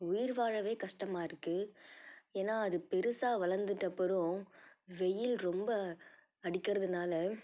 உயிர் வாழவே கஸ்டமாக இருக்குது ஏன்னா அது பெருசாக வளர்ந்துட்ட அப்பறம் வெயில் ரொம்ப அடிக்கிறதுனால